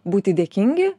būti dėkingi